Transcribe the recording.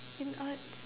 in arts